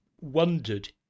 wondered